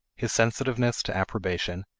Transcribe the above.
his sensitiveness to approbation,